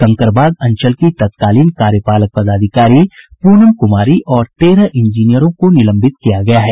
कंकड़बाग अंचल की तत्कालीन कार्यपालक पदाधिकारी प्रनम कुमारी और तेरह इंजीनियरों को निलंबित किया गया है